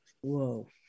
whoa